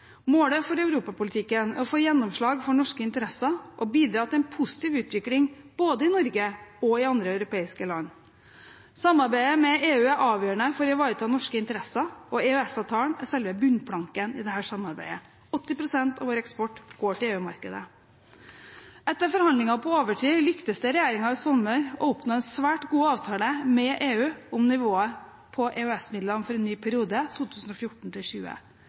Målet for europapolitikken er å få gjennomslag for norske interesser og bidra til en positiv utvikling både i Norge og i andre europeiske land. Samarbeidet med EU er avgjørende for å ivareta norske interesser, og EØS-avtalen er selve bunnplanken i dette samarbeidet. 80 pst. av vår eksport går til EU-markedet. Etter forhandlinger på overtid lyktes det regjeringen i sommer å oppnå en svært god avtale med EU om nivået på EØS-midlene for en ny periode,